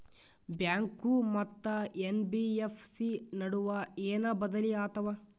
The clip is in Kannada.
ಬ್ಯಾಂಕು ಮತ್ತ ಎನ್.ಬಿ.ಎಫ್.ಸಿ ನಡುವ ಏನ ಬದಲಿ ಆತವ?